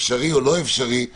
אפשרי או לא אפשרי לחולים,